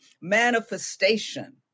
manifestation